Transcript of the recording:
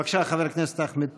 בבקשה, חבר הכנסת אחמד טיבי,